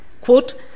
Quote